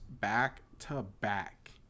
back-to-back